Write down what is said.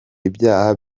ibyaha